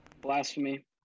Blasphemy